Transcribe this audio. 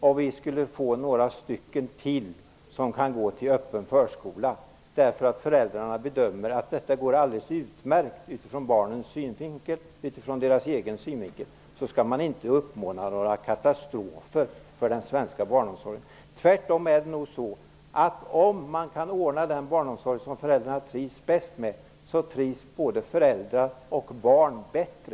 Om vi skulle få några till som kan gå till öppen förskola därför att föräldrarna bedömer att detta går alldeles utmärkt utifrån barnens synvinkel och utifrån deras egen synvinkel skall vi inte uppmåla någon katastrof för den svenska barnomsorgen. Det är nog tvärtom så, att om man kan ordna den barnomsorg som föräldrarna trivs bäst med mår både föräldrar och barn bättre.